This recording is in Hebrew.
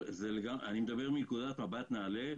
אני מדבר מנקודת המבט של נעל"ה.